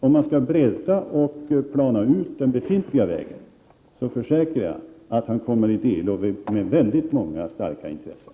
Om man skall bredda och plana ut den befintliga vägen, så försäkrar jag att man kommer i delo med väldigt många starka intressen.